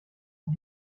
are